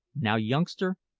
now, youngster,